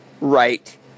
right